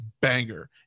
banger